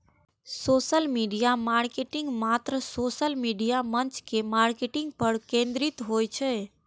social media marketing मात्र social media मंच के मार्केटिंग पर केंद्रित होइ छै